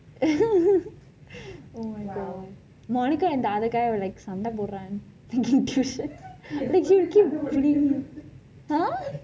oh my god monica and the other guy were like சண்டை போடுறான்:sandai poduraan !huh!